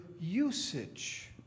usage